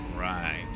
Right